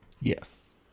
yes